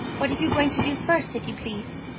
what are you going to do first, if you please?